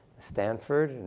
stanford,